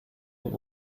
den